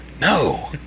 No